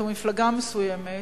או מפלגה מסוימת,